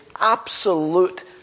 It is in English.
absolute